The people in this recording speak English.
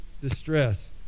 distress